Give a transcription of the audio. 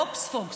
בוב-ספוג,